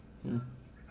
mm